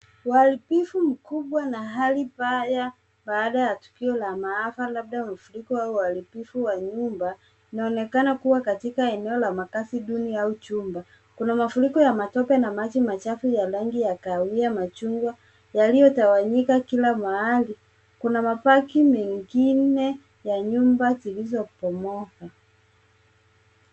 Uharibifu mkubwa na hali mbaya baada ya tukio la maafa, labda mafuriko au uharibifu wa nyumba unaonekana kuwa katika eneo la makaazi duni au chumba. Kuna mafuriko ya matope na maji machafu ya kahawia machungwa yaliyotawanyika kila mahali. Kuna mabaki mengine ya nyumba zilizobomoka.